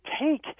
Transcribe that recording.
take